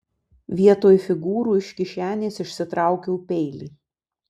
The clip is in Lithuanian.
vietoj figūrų iš kišenės išsitraukiau peilį